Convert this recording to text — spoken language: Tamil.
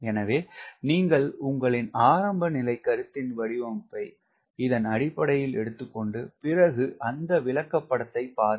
எனவே நீங்கள் உங்களின் ஆரம்ப நிலை கருத்தின் வடிவமைப்பை இதன் அடிப்படையில் எடுத்துக்கொண்டு பிறகு அந்த விளக்கப்படத்தை பாருங்கள்